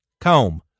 Comb